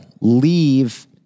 leave